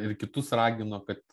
ir kitus ragino kad